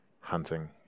hunting